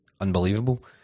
unbelievable